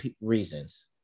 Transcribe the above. reasons